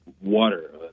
water